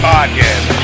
Podcast